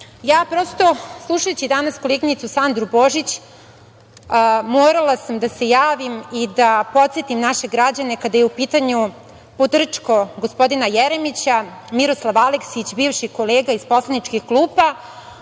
prosto, slušajući danas koleginicu Sandru Božić, morala sam da se javim i da podsetim naše građane kada je u pitanju "potrčko" gospodina Jeremića, Miroslav Aleksić, bivši kolega iz poslaničkih klupa,